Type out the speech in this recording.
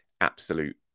absolute